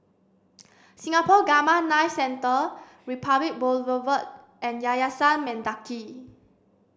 Singapore Gamma Knife Centre Republic Boulevard and Yayasan Mendaki